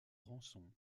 rançon